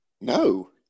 No